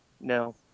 No